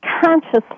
consciously